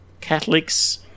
Catholics